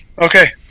Okay